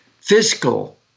fiscal